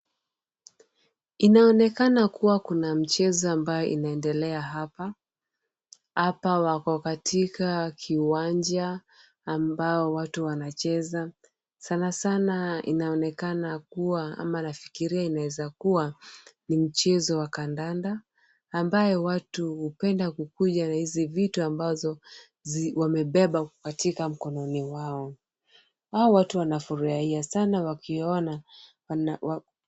Inaonekana kuwa kuna mchezo ambayo inaendelea hapa. Hapa wako katika kiwanja ambao watu wanacheza. Sana sana inaonekana kuwa ama nafikiria inaezakuwa ni mchezo wa kadanda ambayo watu hupenda kukuja na hizi vitu ambazo wamebeba katika mikonani mwao. Hao watu wanafurahia sana wakiona.